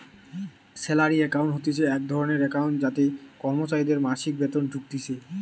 salary account হতিছে এক ধরণের একাউন্ট যাতে কর্মচারীদের মাসিক বেতন ঢুকতিছে